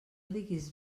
diguis